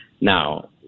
Now